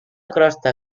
crosta